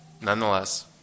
nonetheless